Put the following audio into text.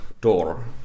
door